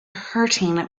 hurting